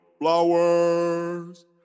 Flowers